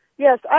Yes